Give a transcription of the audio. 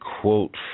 quote